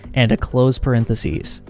and a close parenthesis.